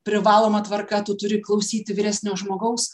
privaloma tvarka tu turi klausyti vyresnio žmogaus